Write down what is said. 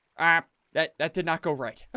app that that did not go right.